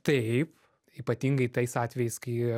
taip ypatingai tais atvejais kai